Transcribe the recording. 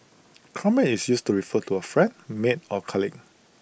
comrade is used to refer to A friend mate or colleague